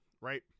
right